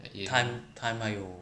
tim~ time 还有